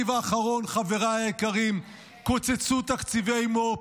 חבריי היקרים, בתקציב האחרון קוצצו תקציבי מו"פ,